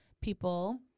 people